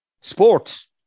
Sports